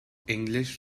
english